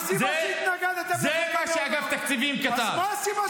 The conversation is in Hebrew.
מה הסיבה שהתנגדתם לחוק המעונות?